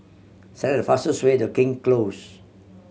select the fastest way the King Close